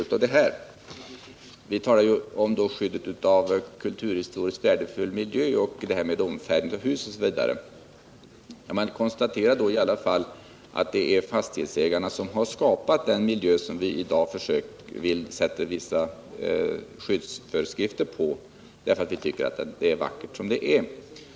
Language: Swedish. När det gäller skyddet av kulturhistoriskt värdefull miljö och omfärgning av hus m.m., kan man ändå konstatera att det är fastighetsägarna som har skapat den miljö som vi i dag vill skydda genom vissa föreskrifter, eftersom vi tycker att det är vackert som det är.